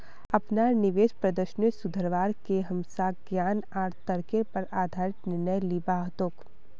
अपनार निवेश प्रदर्शनेर सुधरवार के हमसाक ज्ञान आर तर्केर पर आधारित निर्णय लिबा हतोक